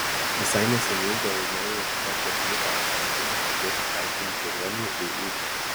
visai neseniai dėl naujojo škotijos mito atsiradimo pradėti kaltinti ruoniai bei ūdros